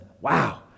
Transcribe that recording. Wow